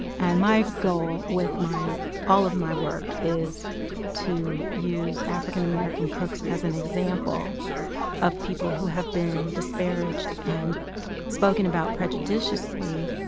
and my goal with all of my work is to use african american cooks as an example of people who have been disparaged and spoken about prejudiciously,